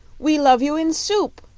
we love you in soup!